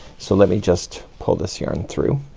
so let me just pull this yarn through.